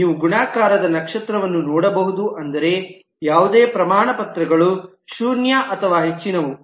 ನೀವು ಗುಣಾಕಾರ ನಕ್ಷತ್ರವನ್ನು ನೋಡಬಹುದು ಅಂದರೆ ಯಾವುದೇ ಪ್ರಮಾಣಪತ್ರಗಳು ಶೂನ್ಯ ಅಥವಾ ಹೆಚ್ಚಿನವು